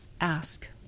ask